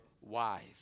wise